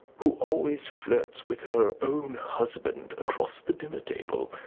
who always flirts with her own husband across the dinner-table.